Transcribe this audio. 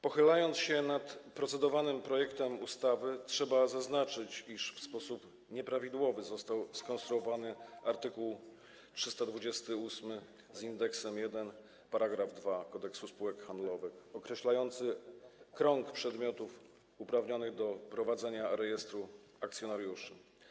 Pochylając się nad procedowanym projektem ustawy, trzeba zaznaczyć, iż w sposób nieprawidłowy został skonstruowany art. 328 § 2 Kodeksu spółek handlowych określający krąg przedmiotów uprawnionych do prowadzenia rejestru akcjonariuszy.